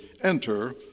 enter